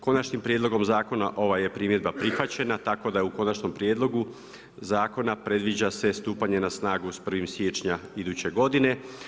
Konačnim prijedlogom zakona ovaj je primjedba prihvaćena tako da je u konačnom prijedlogu zakona predviđa se stupanje na snagu sa 1. siječnja iduće godine.